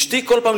אשתי כל פעם,